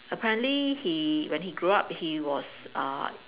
apparently he when he grew up he was uh